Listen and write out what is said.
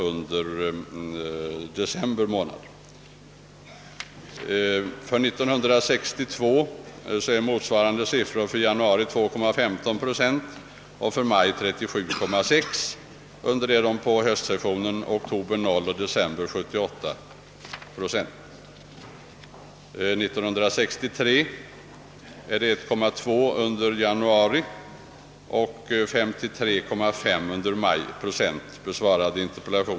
Under maj däremot var motsvarande siffra 50,6 procent. Motsvarande siffror för höstsessionen är 0 procent för oktober och 72 procent för december.